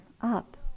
up